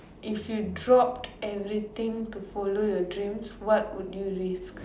if you dropped everything to follow your dream what would you leave